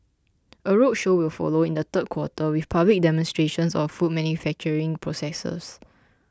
a roadshow will follow in the third quarter with public demonstrations of food manufacturing processes